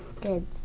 good